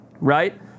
right